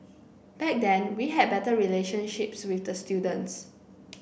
back then we had better relationships with the students